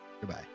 Goodbye